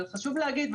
אבל חשוב להגיד,